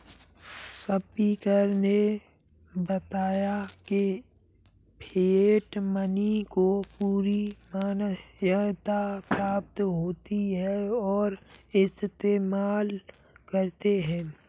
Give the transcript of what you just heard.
speaker ने बताया की फिएट मनी को पूरी मान्यता प्राप्त होती है और इस्तेमाल करते है